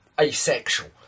asexual